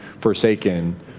forsaken